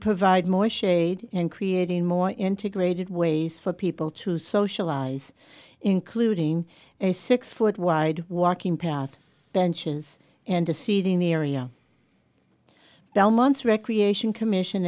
provide more shade and creating more integrated ways for people to socialize including a six foot wide walking path benches and a seat in the area belmont recreation commission